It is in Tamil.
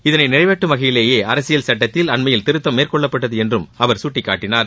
இதனை நிறைவேற்றும் வகையிலேயே அரசியல் சட்டத்தில் அண்மையில் திருத்தம் மேற்கொள்ளப்பட்டது என்றும் அவர் சுட்டிகாட்டினார்